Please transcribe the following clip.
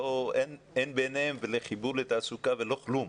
אין ביניהן ולחיבור לתעסוקה ולא כלום.